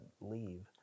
leave